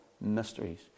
mysteries